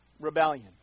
rebellion